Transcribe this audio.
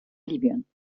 libyen